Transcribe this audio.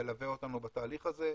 שתלווה אותנו בתהליך הזה.